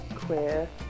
queer